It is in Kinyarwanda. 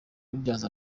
rubyaza